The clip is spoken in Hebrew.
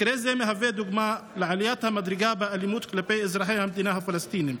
מקרה זה הוא דוגמה לעליית המדרגה באלימות כלפי אזרחי המדינה הפלסטינית,